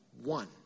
One